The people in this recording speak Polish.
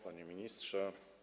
Panie Ministrze!